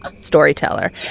storyteller